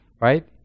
right